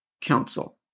council